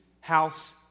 house